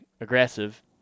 aggressive